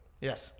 Yes